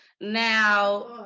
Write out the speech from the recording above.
Now